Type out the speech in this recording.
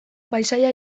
paisaia